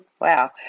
wow